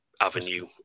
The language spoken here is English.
avenue